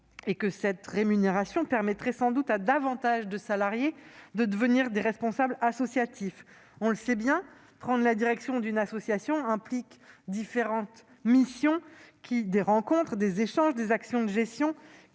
Cette rémunération permettrait sans doute à davantage de salariés de devenir responsables associatifs. On le sait bien, prendre la direction d'une association implique différentes missions- rencontres, échanges, actes de gestion